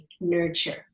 nurture